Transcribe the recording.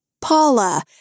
Paula